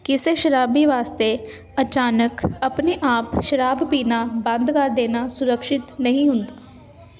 ਕਿਸੇ ਸ਼ਰਾਬੀ ਵਾਸਤੇ ਅਚਾਨਕ ਆਪਣੇ ਆਪ ਸ਼ਰਾਬ ਪੀਣਾ ਬੰਦ ਕਰ ਦੇਣਾ ਸੁਰੱਕਸ਼ਿਤ ਨਹੀਂ ਹੁੰਦਾ